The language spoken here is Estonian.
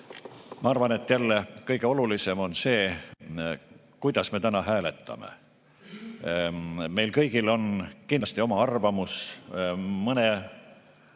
Ma arvan, et jälle kõige olulisem on see, kuidas me täna hääletame. Meil kõigil on kindlasti oma arvamus. Mõne